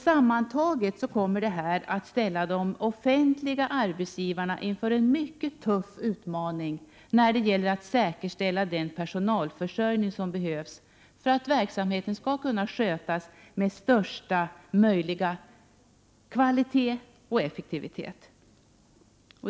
Sammantaget kommer detta att ställa de offentliga arbetsgivarna inför en mycket tuff utmaning när det gäller att säkerställa den personalförsörjning som behövs för att verksamheten skall kunna skötas med största möjliga kvalitet och effektivitet.